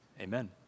Amen